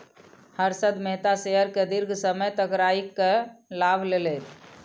Harshad Mehta share के दीर्घ समय तक राइख के लाभ लेलैथ